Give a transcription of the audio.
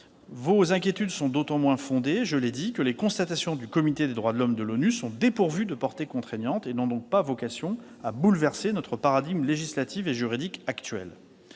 Vos inquiétudes sont d'autant moins fondées que les constatations du Comité des droits de l'homme de l'ONU sont dépourvues de portée contraignante et n'ont donc pas vocation à bouleverser notre paradigme législatif et juridique actuel.